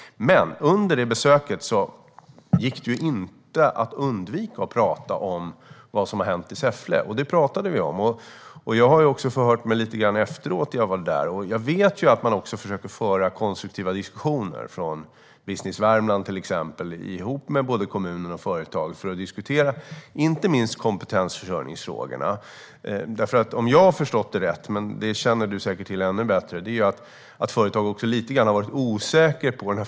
Under besöket gick det inte att undvika att tala om vad som har hänt i Säffle, och det talade vi om. Jag har också förhört mig lite grann efter att jag var där. Jag vet att man försöker föra konstruktiva diskussioner från till exempel Business Värmland ihop med kommuner och företag för att diskutera inte minst kompetensförsörjningsfrågorna. Om jag har förstått det rätt - men det känner Daniel Bäckström säkert till ännu bättre - har företag lite grann varit osäkra.